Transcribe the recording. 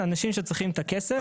אנשים שצריכים את הכסף.